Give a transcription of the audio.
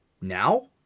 Now